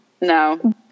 No